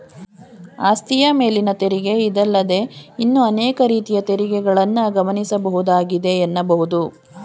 ಆಸ್ತಿಯ ಮೇಲಿನ ತೆರಿಗೆ ಇದಲ್ಲದೇ ಇನ್ನೂ ಅನೇಕ ರೀತಿಯ ತೆರಿಗೆಗಳನ್ನ ಗಮನಿಸಬಹುದಾಗಿದೆ ಎನ್ನಬಹುದು